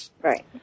Right